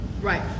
Right